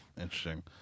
Interesting